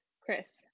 Chris